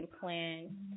Plan